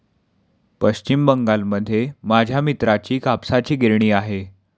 पश्चिम बंगालमध्ये माझ्या मित्राची कापसाची गिरणी आहे